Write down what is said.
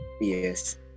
Yes